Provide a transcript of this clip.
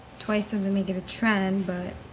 twice doesn't make it a trend. but,